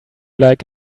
like